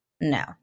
No